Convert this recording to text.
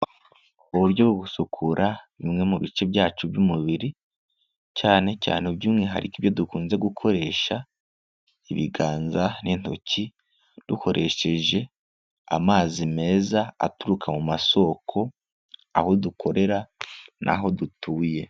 Uburyo bwo gusukura bimwe mu bice byacu by'umubiri cyane cyane by'umwihariko ibyo dukunze gukoresha ibiganza n'intoki, dukoresheje amazi meza aturuka mu masoko aho dukorera n'aho dutuye.